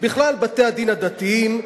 בכלל בתי-הדין הדתיים,